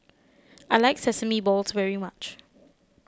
I like Sesame Balls very much